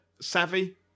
savvy